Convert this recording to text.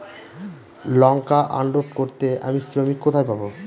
লঙ্কা unload করতে আমি শ্রমিক কোথায় পাবো?